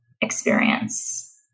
experience